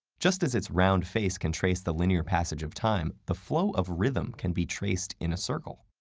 just as its round face can trace the linear passage of time, the flow of rhythm can be traced in a circle.